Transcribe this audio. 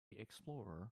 explorer